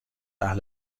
اهل